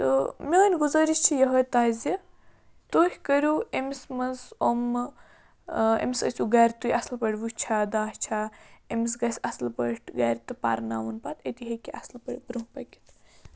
تہٕ میٛٲنۍ گُزٲرِش چھِ یِہوٚے تۄیہِ زِ تُہۍ کٔرِو أمِس منٛز یِمہٕ أمِس ٲسِو گرِ تُہۍ اَصٕل پٲٹھۍ وٕچھان دَاچھا أمِس گژھِ اَصٕل پٲٹھۍ گرِ تہِ پرناوُن پَتہٕ أتی ہیٚکہِ اَصٕل پٲٹھۍ برٛۄنٛہہ پٔکِتھ